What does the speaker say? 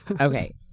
Okay